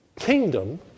kingdom